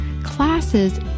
classes